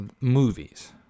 movies